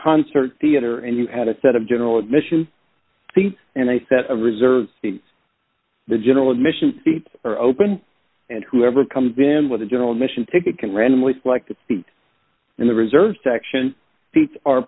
concert theater and you had a set of general admission and they set a reserve the general admission seats are open and whoever comes in with a general admission ticket can randomly selected speed and the reserved section seats are